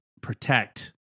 protect